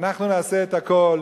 אנחנו נעשה את הכול,